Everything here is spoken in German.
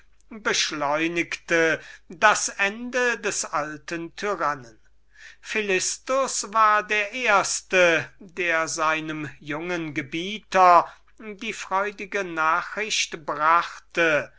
beschleunigte das ende des alten tyrannen philistus war der erste der seinem jungen gebieter die freudige nachricht brachte